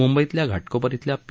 मुंबईतल्या घाटकोपर खेल्या पी